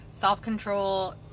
self-control